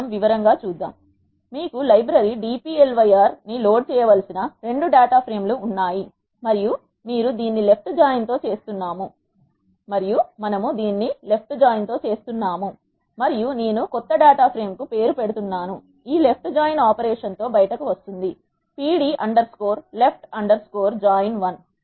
మనము వివరంగా చూద్దాము మీకు లైబ్రరీ dplyr ని లోడ్ చేయాల్సిన 2 డేటా ప్రేమ్ లు ఉన్నాయి మరియు మీరు దీన్ని లెఫ్ట్ జాయిన్ తో చేస్తున్నాము మరియు నేను కొత్త డేటా ప్రేమ్ కు పేరు పెడుతున్నాను ఈ లెప్ట్ జాయిన్ ఆపరేషన్ తో బయటకు వస్తుంది pd underscore left underscore join 1